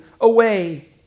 away